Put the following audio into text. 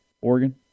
Oregon